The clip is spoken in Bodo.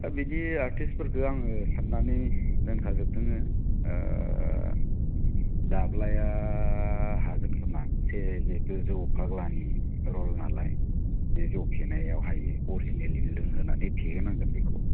दा बिनि आर्टिसफोरखौ आङो साननानै दोनखाजोबदोङो ओह दाब्लाया हागोन खोमा एसे जिहेथु जौ फाग्लानि रल नालाय बे जौ फेनायाव हायो अरिजिनेलि लोंहोनानै फेहोनांगोन बेखौ